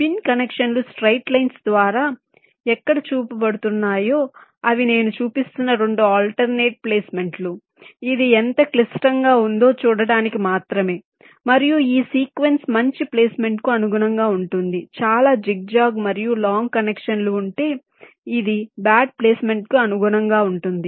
pin కనెక్షన్లు straight lines ద్వారా ఎక్కడ చూపించబడుతున్నాయో అవి నేను చూపిస్తున్న 2 ఆల్టర్నెట్ ప్లేస్మెంట్లు ఇది ఎంత క్లిష్టంగా ఉందో చూడటానికి మాత్రమే మరియు ఈ సీక్వెన్స్ మంచి ప్లేస్మెంట్కు అనుగుణంగా ఉంటుంది చాలా జిగ్జాగ్ మరియు లాంగ్ కనెక్షన్లు ఉంటే ఇది బ్యాడ్ ప్లేస్మెంట్కు అనుగుణంగా ఉంటుంది